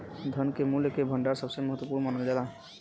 धन के मूल्य के भंडार सबसे महत्वपूर्ण मानल जाला